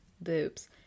boobs